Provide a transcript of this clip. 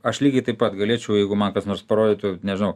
aš lygiai taip pat galėčiau jeigu man kas nors parodytų nežinau